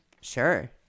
Sure